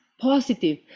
positive